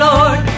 Lord